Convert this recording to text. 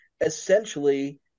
essentially